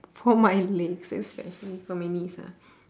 for my legs especially for my knees ah